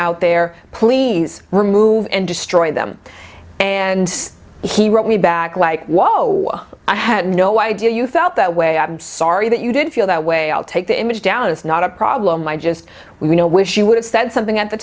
out there please remove and destroy them and he wrote me back like whoa i had no idea you felt that way i'm sorry that you did feel that way i'll take the image down it's not a problem i just we know wish you would have said something at the